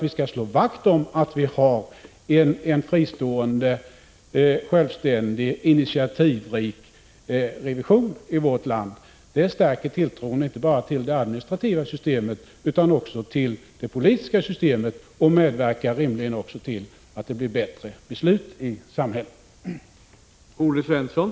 Vi skall slå vakt om en fristående, självständig och initiativrik revision i vårt land. Det stärker tilltron inte bara till det administrativa systemet utan också till det politiska och medverkar rimligen också till att besluten i samhället blir bättre.